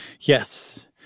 Yes